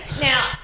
now